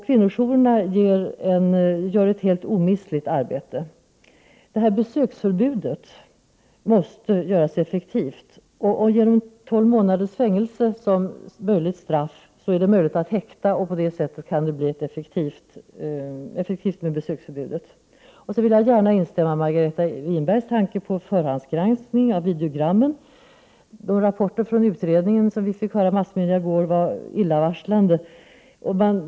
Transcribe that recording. Kvinnojourerna gör ett helt ovärderligt arbete. Besöksförbudet måste emellertid göras effektivt. Genom att ta in 12 månaders fängelse i straffskalan blir det möjligt att häkta. På det sättet kan besöksförbudet bli effektivt. Jag vill gärna instämma i Margareta Winbergs tanke om förhandsgranskning av videogram. De rapporter från utredningen som vi fick genom massmedia i går var illavarslande.